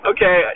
Okay